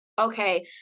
okay